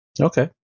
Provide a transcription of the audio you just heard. Okay